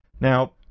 Now